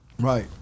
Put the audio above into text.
Right